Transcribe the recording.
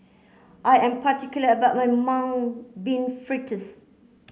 I am particular about my mung bean fritters